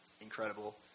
incredible